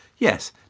Yes